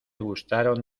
gustaron